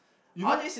you know